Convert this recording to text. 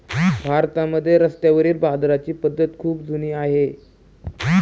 भारतामध्ये रस्त्यावरील बाजाराची पद्धत खूप जुनी आहे